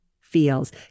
feels